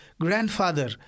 grandfather